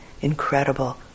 incredible